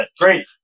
great